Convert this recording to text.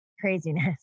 Craziness